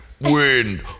wind